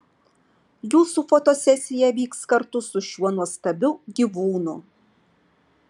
jūsų fotosesija vyks kartu su šiuo nuostabiu gyvūnu